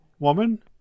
Woman